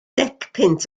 decpunt